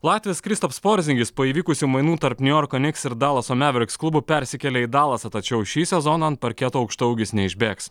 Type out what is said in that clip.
latvis kristaps porzingis po įvykusių mainų tarp niujorko niks ir dalaso maveriks klubų persikėlė į dalasą tačiau šį sezoną ant parketo aukštaūgis neišbėgs